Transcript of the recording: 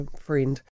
friend